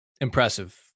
impressive